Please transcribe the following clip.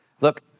look